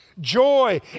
joy